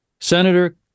Senator